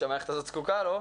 שהמערכת הזאת זקוקה לו,